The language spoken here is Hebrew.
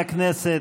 הכנסת,